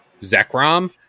Zekrom